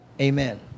Amen